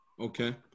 Okay